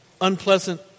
unpleasant